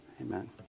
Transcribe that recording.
amen